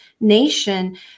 nation